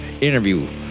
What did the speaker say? interview